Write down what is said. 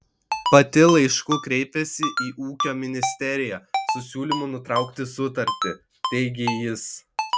pati laišku kreipėsi į ūkio ministeriją su siūlymu nutraukti sutartį teigė jis